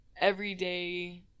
everyday